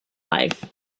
life